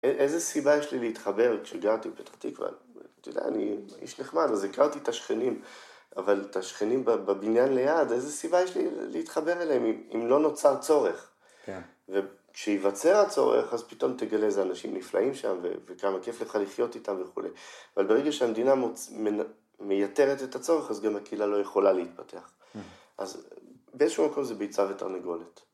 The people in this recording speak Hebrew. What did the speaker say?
‫איזה סיבה יש לי להתחבר ‫כשגרתי בפתח תקוה? ‫את יודעת, אני איש נחמד, ‫אז הכרתי את השכנים, ‫אבל את השכנים בבניין ליד, ‫איזה סיבה יש לי להתחבר אליהם ‫אם לא נוצר צורך? ‫-כן. ‫וכשיווצר הצורך, ‫אז פתאום תגלה איזה אנשים נפלאים שם ‫וכמה כיף לך לחיות איתם וכולי. ‫אבל ברגע שהמדינה מיתרת את הצורך, ‫אז גם הקהילה לא יכולה להתפתח. ‫אז באיזשהו מקום זה ביצה ותרנגולת.